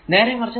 നേരെമറിച്ചു